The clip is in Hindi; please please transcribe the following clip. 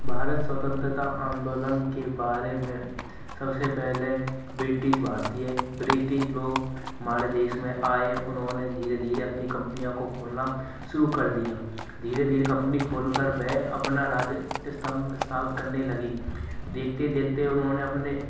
भारत स्वतंत्रता आंदोलन के बारे में सबसे पहले ब्रिटीस भारतीय ब्रिटीस लोग हमारे देश में आए उन्होंने धीरे धीरे अपनी कंपनियों को खोलना शुरू कर दिया धीरे धीरे कम्पनी खोलकर वे अपना राज स्तम्ब स्थापित करने लगे देखते देखते उन्होंने अपने